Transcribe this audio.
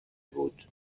بود